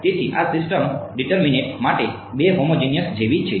તેથી આ system determinate માટે 2 હોમોજીનીઅસ જેવી છે